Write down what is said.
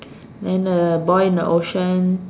then the boy in the ocean